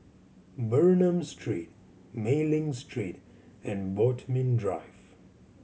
Bernam Street Mei Ling Street and Bodmin Drive